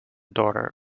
daughter